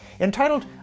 Entitled